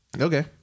Okay